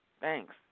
Thanks